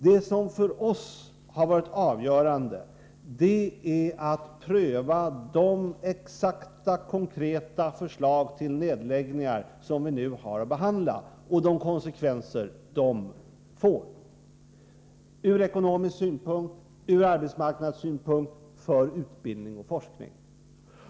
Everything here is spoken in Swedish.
Det som har varit avgörande för oss är att pröva de exakta konkreta förslag till nedläggningar som vi nu har att behandla och de konsekvenser som dessa får från ekonomisk synpunkt, från arbetsmarknadssynpunkt, för utbildning och forskning.